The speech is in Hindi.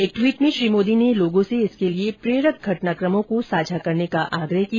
एक ट्वीट में श्री मोदी ने लोगों से इसके लिए प्रेरक घटनाकमों को साझा करने का आग्रह किया